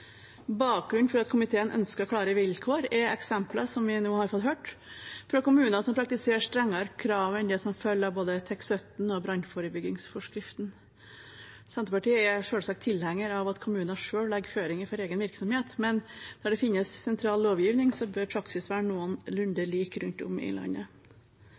Bakgrunnen for at komiteen ønsker klare vilkår, er eksempler som vi nå har fått høre, fra kommuner som praktiserer strengere krav enn det som følger av både TEK17 og brannforebyggingsforskriften. Senterpartiet er selvsagt tilhenger av at kommuner selv legger føringer for egen virksomhet, men der det finnes sentral lovgivning, bør praksis være noenlunde lik rundt om i landet.